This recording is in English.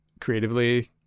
creatively